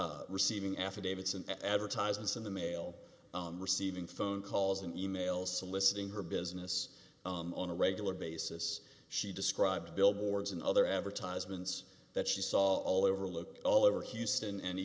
described receiving affidavits and advertisements in the mail receiving phone calls and e mails soliciting her business on a regular basis she described billboards and other advertisements that she saw all overlook all over houston and